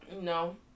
no